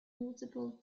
multiple